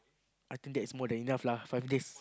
I think that's more than enough lah five days